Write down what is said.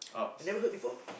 I never heard before